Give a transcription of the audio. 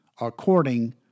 according